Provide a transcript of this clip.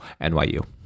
nyu